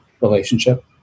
relationship